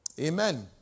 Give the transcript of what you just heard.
Amen